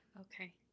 Okay